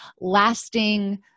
lasting